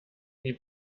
die